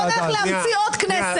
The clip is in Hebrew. בואו נלך להמציא עוד כנסת.